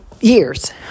years